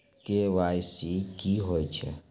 KYC की होय छै?